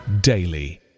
daily